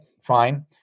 fine